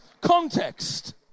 context